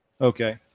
okay